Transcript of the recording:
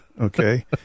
okay